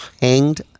hanged